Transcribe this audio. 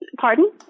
Pardon